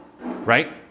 Right